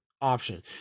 option